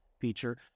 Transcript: feature